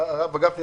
הרב גפני,